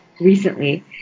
recently